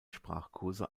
sprachkurse